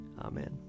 Amen